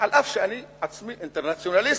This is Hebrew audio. ואף שאני עצמי אינטרנציונליסט,